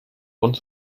grund